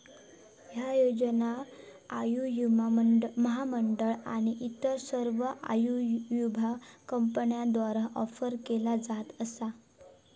ह्या योजना आयुर्विमा महामंडळ आणि इतर सर्व आयुर्विमा कंपन्यांद्वारा ऑफर केल्या जात असा